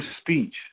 speech